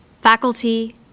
faculty